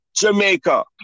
Jamaica